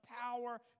power